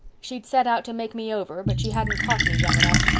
she'd set out to make me over but she hadn't caught me young enough.